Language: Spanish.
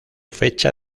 fecha